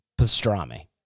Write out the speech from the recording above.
pastrami